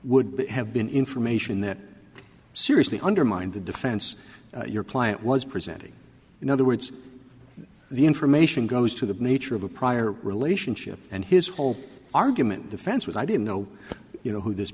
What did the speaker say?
would have been information that seriously undermined the defense your client was presenting in other words the information goes to the nature of a prior relationship and his whole argument defense was i didn't know you know who this